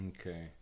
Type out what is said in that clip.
Okay